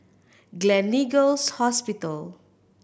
Gleneagles Hospital